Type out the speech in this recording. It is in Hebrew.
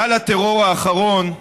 גל הטרור האחרון,